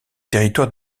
territoire